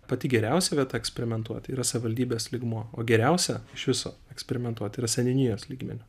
pati geriausia vieta eksperimentuot yra savivaldybės lygmuo o geriausia iš viso eksperimentuot yra seniūnijos lygmeniu